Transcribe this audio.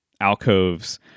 alcoves